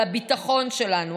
על הביטחון שלנו,